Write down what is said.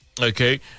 okay